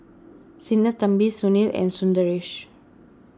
Sinnathamby Sunil and Sundaresh